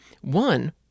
One